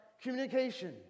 communication